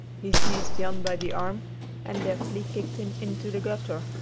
he seized jan by the arm and deftly kicked him into the gutter.